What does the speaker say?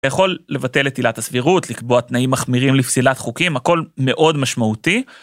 יכול לבטל את עילת הסבירות, לקבוע תנאים מחמירים לפסילת חוקים, הכל מאוד משמעותי,